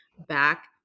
back